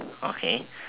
okay